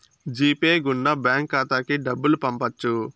G Pay గుండా bank ఖాతాకి డబ్బులు పంపొచ్చు